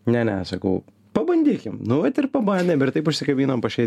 ne ne sakau pabandykim nu vat ir pabandėm ir taip užsikabinom po šiai